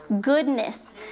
goodness